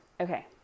okay